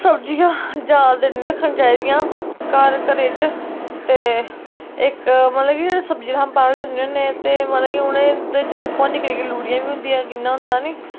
सब्जियां ज्यादा दिन नी रक्खनियां चाहिदियां घरै च ते इक मतलब कि जेह्ड़ी सब्जी अस बाह्रा लेआने होने ते मतलब कि उं'दे च निक्की निक्की लुड़ियां बी होंदियां